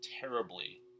terribly